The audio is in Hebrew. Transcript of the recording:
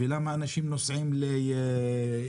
למה אנשים נוסעים לגיאורגיה?